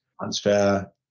transfer